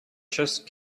just